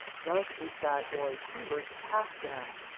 just as that boy hubert packed them,